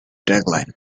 tagline